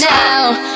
now